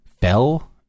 fell